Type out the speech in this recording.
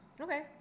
Okay